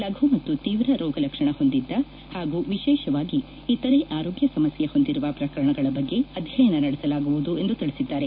ಲಘು ಮತ್ತು ತೀವ್ರ ರೋಗ ಲಕ್ಷಣ ಹೊಂದಿದ್ದ ಹಾಗೂ ವಿಶೇಷವಾಗಿ ಇತರೆ ಆರೋಗ್ಲ ಸಮಸ್ಥೆ ಹೊಂದಿರುವ ಪ್ರಕರಣಗಳ ಬಗ್ಗೆ ಅಧ್ಯಯನ ನಡೆಸಲಾಗುವುದು ಎಂದು ತಿಳಿಸಿದ್ದಾರೆ